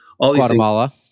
Guatemala